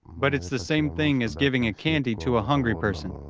but it's the same thing as giving a candy to a hungry person,